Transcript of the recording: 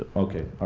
ah ok,